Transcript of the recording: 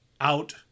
out